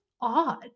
odd